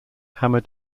hammer